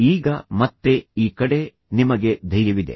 ಈಗ ಮತ್ತೆ ಈ ಕಡೆ ನಿಮಗೆ ಧೈರ್ಯವಿದೆ